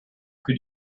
could